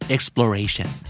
Exploration